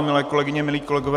Milé kolegyně, milí kolegové.